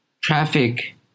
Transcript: traffic